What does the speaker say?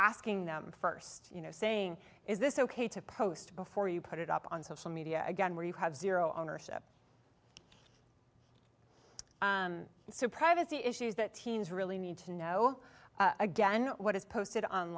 asking them first you know saying is this ok to post before you put it up on social media again where you have zero ownership so privacy issues that teens really need to know again what is posted on